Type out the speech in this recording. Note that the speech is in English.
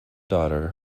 daughter